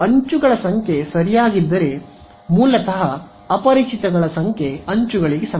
ಈಗ ಅಂಚುಗಳ ಸಂಖ್ಯೆ ಸರಿಯಾಗಿದ್ದರೆ ಮೂಲತಃ ಅಪರಿಚಿತಗಳ ಸಂಖ್ಯೆ ಅಂಚುಗಳಿಗೆ ಸಮ